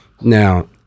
Now